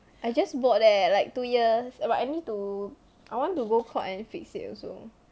I just bought leh like two years but I need to I want to go courts and fix it also